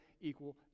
equal